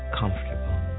comfortable